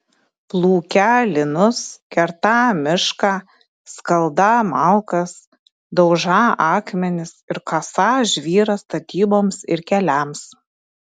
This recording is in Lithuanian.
plūkią linus kertą mišką skaldą malkas daužą akmenis ir kasą žvyrą statyboms ir keliams